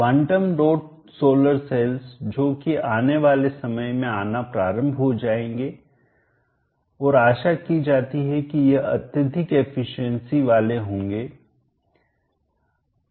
quantum dot solar cells जो कि आने वाले समय में आना प्रारंभ हो जाएंगे और आशा की जाती है कि यह अत्यधिक एफिशिएंसी दक्षता वाले होंगे